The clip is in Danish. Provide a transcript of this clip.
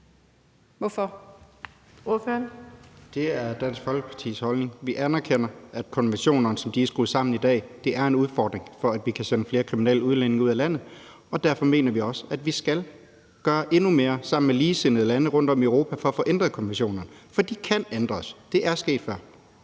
(DD): Det er Dansk Folkepartis holdning. Vi anerkender, at konventionerne, som de er skruet sammen i dag, er en udfordring med hensyn til at kunne sende flere kriminelle udlændinge ud af landet. Derfor mener vi også, at vi skal gøre endnu mere sammen med ligesindede lande rundtom i Europa for at få ændret konventionerne, for de kan ændres. Det er sket før.